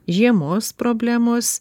žiemos problemos